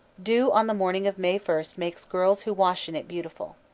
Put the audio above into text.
dew on the morning of may first makes girls who wash in it beautiful.